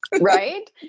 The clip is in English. right